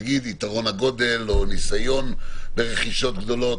נגיד יתרון הגודל וניסיון ברכישות גדולות?